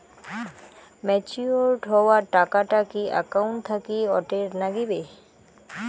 Matured হওয়া টাকাটা কি একাউন্ট থাকি অটের নাগিবে?